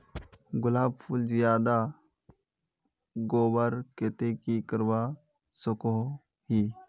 गुलाब फूल ज्यादा होबार केते की करवा सकोहो ही?